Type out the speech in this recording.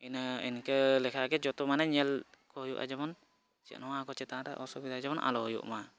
ᱤᱱᱟᱹ ᱤᱱᱠᱟᱹ ᱞᱮᱠᱟᱜᱮ ᱡᱚᱛᱚ ᱢᱟᱱᱮ ᱧᱮᱞ ᱠᱚ ᱦᱩᱭᱩᱜᱼᱟ ᱡᱮᱢᱚᱱ ᱱᱚᱣᱟ ᱠᱚ ᱪᱮᱛᱟᱱ ᱨᱮ ᱚᱥᱩᱵᱤᱫᱷᱟ ᱡᱮᱢᱚᱱ ᱟᱞᱚ ᱦᱩᱭᱩᱜ ᱢᱟ